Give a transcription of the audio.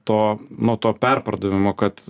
to nu to perpardavimo kad